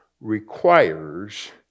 requires